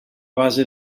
base